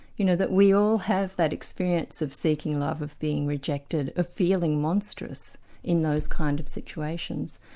you know, that we all have that experience of seeking love, of being rejected, of feeling monstrous in those kind of situations,